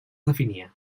definia